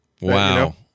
wow